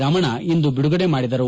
ರಮಣ ಇಂದು ಬಿಡುಗಡೆ ಮಾಡಿದರು